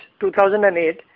2008